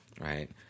right